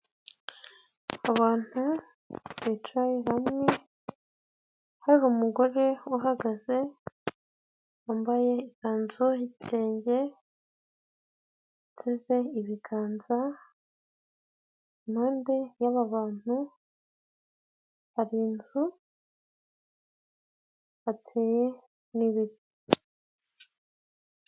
Abantu bicaye hamwe hari umugore uhagaze, wambaye ikanzu y'itenge, uteze ibiganza, impande y'aba bantu hari inzu, hateye n'ibiti.